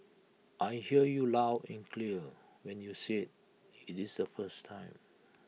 I hear you loud and clear when you said IT is the first time